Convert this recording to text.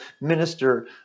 minister